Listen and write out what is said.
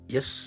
Yes